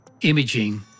imaging